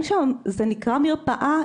זה נקרא מרפאה,